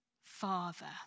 father